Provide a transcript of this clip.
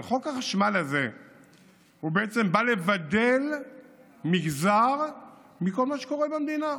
אבל חוק החשמל הזה בעצם בא לבדל מגזר מכל מה שקורה במדינה.